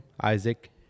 Isaac